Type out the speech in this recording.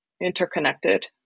interconnected